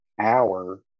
hour